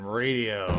radio